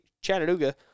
Chattanooga